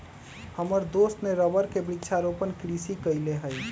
हमर दोस्त ने रबर के वृक्षारोपण कृषि कईले हई